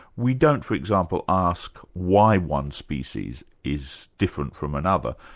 we don't for example ask why one species is different from another,